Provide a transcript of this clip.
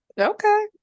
okay